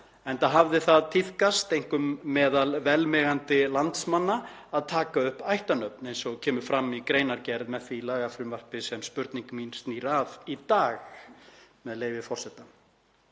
enda hafði það tíðkast, einkum meðal velmegandi landsmanna, að taka upp ættarnöfn eins og kemur fram í greinargerð með því lagafrumvarpi sem spurning mín snýr að í dag. Virðulegur forseti.